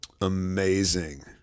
Amazing